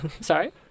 Sorry